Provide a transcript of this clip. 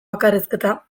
bakarrizketa